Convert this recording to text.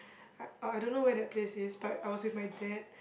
I I don't know where that place is but I was with my dad